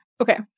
Okay